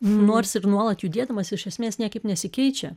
nors ir nuolat judėdamas iš esmės niekaip nesikeičia